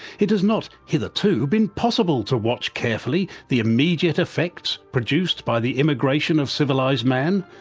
it has not hitherto been possible to watch carefully the immediate effects produced by the immigration of civilised man,